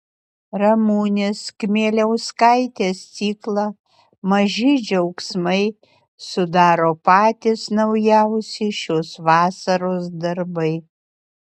ramunės kmieliauskaitės ciklą maži džiaugsmai sudaro patys naujausi šios vasaros darbai